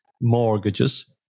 mortgages